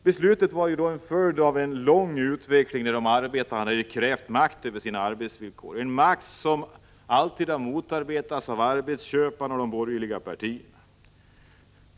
Beslutet var en följd av en lång utveckling där de arbetande krävt makt över sina arbetsvillkor, en makt som alltid har motarbetats av arbetsköparna och de borgerliga partierna.